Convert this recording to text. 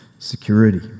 Security